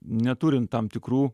neturint tam tikrų